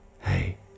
Hey